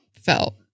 felt